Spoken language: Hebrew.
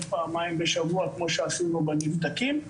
פעמיים בשבוע כמו שעשינו בנבדקים,